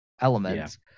elements